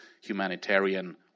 humanitarian